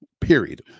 period